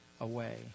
away